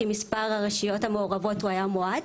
כי מספר הרשויות המעורבות היה מועט